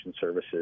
services